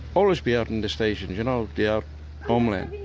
always be out in the stations, you know their homeland.